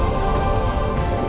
oh